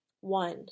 one